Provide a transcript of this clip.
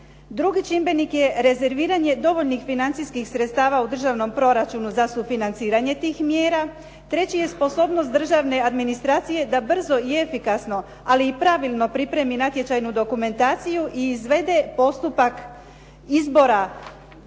Drugi čimbenik je rezerviranje dovoljnih financijskih sredstava u Državnom proračunu za sufinanciranje tih mjera. Treći je sposobnost državne administracije da brzo i efikasno, ali i pravilno pripremi natječajnu dokumentaciju i izvede postupak izbora